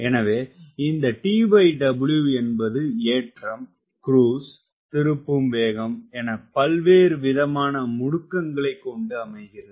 எனவே இந்த TW என்பது ஏற்றம் குரூஸ் திருப்பும் வேகம் என பல்வேறு விதமான முடுக்கங்களைக் கொண்டு அமைகிறது